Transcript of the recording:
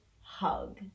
hug